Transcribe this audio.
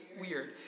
weird